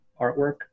artwork